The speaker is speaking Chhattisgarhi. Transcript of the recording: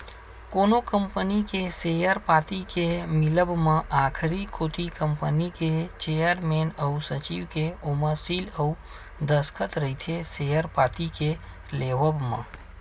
कोनो कंपनी के सेयर पाती के मिलब म आखरी कोती कंपनी के चेयरमेन अउ सचिव के ओमा सील अउ दस्कत रहिथे सेयर पाती के लेवब म